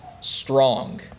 strong